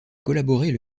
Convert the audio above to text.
collaborer